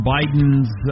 Biden's